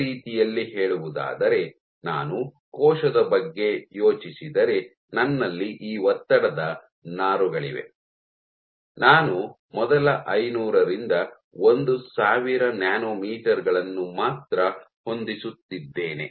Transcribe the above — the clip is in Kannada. ಬೇರೆ ರೀತಿಯಲ್ಲಿ ಹೇಳುವುದಾದರೆ ನಾನು ಕೋಶದ ಬಗ್ಗೆ ಯೋಚಿಸಿದರೆ ನನ್ನಲ್ಲಿ ಈ ಒತ್ತಡದ ನಾರುಗಳಿವೆ ನಾನು ಮೊದಲ ಐನೂರರಿಂದ ಒಂದು ಸಾವಿರ ನ್ಯಾನೊಮೀಟರ್ ಗಳನ್ನು ಮಾತ್ರ ಹೊಂದಿಸುತ್ತಿದ್ದೇನೆ